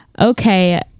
Okay